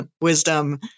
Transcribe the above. wisdom